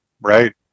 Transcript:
right